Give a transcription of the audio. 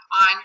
on